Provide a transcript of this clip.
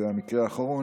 21 והמקרה האחרון,